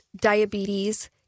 diabetes